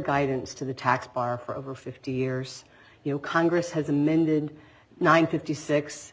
guidance to the tax bar for over fifty years you know congress has amended nine fifty six